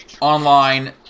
online